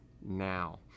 now